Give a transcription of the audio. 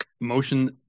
motion